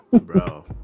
Bro